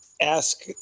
ask